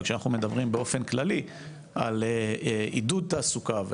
וכשאנחנו מדברים באופן כללי על עידוד תעסוקה,